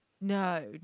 no